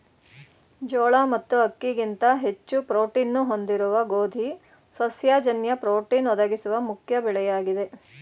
ಜೋಳ ಮತ್ತು ಅಕ್ಕಿಗಿಂತ ಹೆಚ್ಚು ಪ್ರೋಟೀನ್ನ್ನು ಹೊಂದಿರುವ ಗೋಧಿ ಸಸ್ಯ ಜನ್ಯ ಪ್ರೋಟೀನ್ ಒದಗಿಸುವ ಮುಖ್ಯ ಬೆಳೆಯಾಗಿದೆ